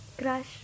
Crush